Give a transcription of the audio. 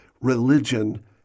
religion